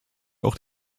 auch